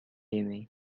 aimé